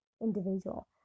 individual